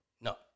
No